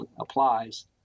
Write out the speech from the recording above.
applies